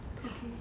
okay